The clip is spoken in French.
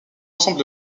ensemble